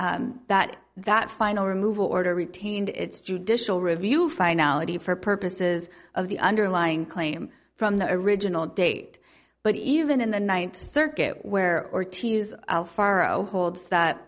but that that final removal order retained its judicial review finality for purposes of the underlying claim from the original date but even in the ninth circuit where ortiz pharo holds that